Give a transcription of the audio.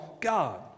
God